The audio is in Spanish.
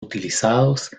utilizados